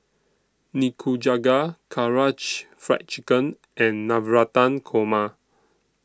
Nikujaga Karaage Fried Chicken and Navratan Korma